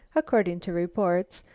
according to reports,